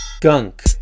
gunk